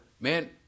man